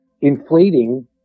inflating